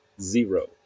Zero